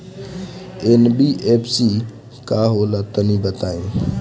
NBFC का होला तनि बताई?